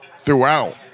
throughout